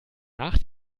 nach